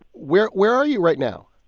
where where are you right now?